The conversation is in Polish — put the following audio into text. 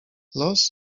los